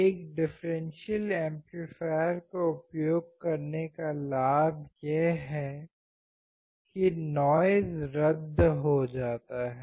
एक अंतर एम्पलीफायर का उपयोग करने का लाभ यह है कि नॉइज़ रद्द हो जाता है